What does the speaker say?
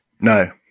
No